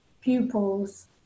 pupils